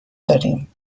داریم